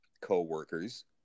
co-workers